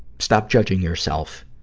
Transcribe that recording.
stop judging yourself.